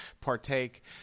partake